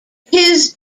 his